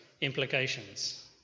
implications